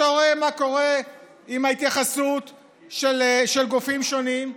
אתה רואה מה קורה עם ההתייחסות של גופים שונים,